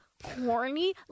Corny